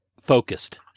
focused